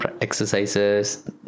exercises